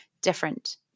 different